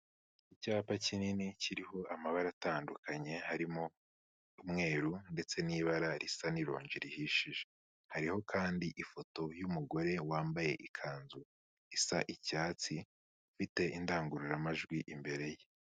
Icyapa kinini kiriho amabara atandukanye harimo umweru ndetse n'ibara risa n'ironji rihishije, hariho kandi ifoto y'umugore wambaye ikanzu isa icyatsi ufite indangururamajwi imbere ye.